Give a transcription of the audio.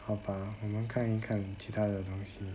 好吧我们看一看其他的东西